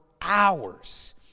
hours